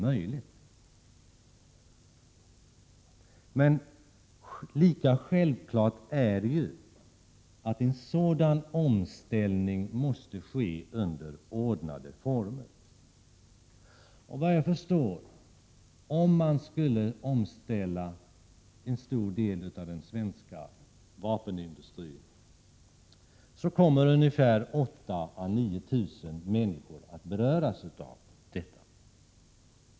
Men lika självklart är att en sådan omställning måste ske under ordnade former. Såvitt jag förstår kommer, om man skulle omställa en stor del av den svenska vapenindustrin, 8 000 å 9 000 människor att beröras.